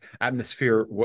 atmosphere